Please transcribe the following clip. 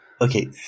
okay